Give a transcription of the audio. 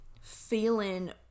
feeling